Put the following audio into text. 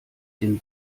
den